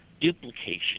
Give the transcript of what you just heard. duplication